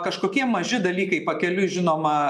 kažkokie maži dalykai pakeliui žinoma